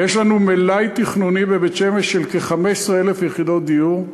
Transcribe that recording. ויש לנו מלאי תכנוני בבית-שמש של כ-15,000 יחידות דיור.